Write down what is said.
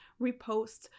repost